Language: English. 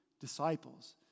disciples